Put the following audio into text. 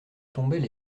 tombaient